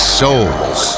souls